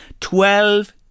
Twelve